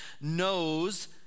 knows